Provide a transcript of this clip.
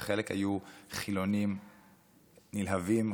וחלק היו חילונים נלהבים,